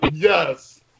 Yes